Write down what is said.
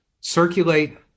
circulate